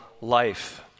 life